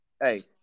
Hey